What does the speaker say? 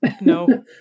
No